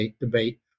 debate